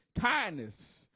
kindness